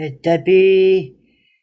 Debbie